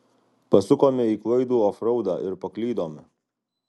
pasukome į klaidų ofraudą ir paklydome